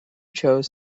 chose